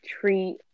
treat